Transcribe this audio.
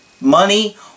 money